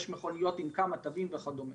כי יש מכוניות עם כמה תווים וכדומה.